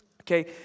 Okay